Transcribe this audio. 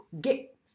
get